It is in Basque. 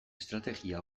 estrategia